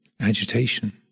agitation